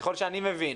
ככל שאני מבין.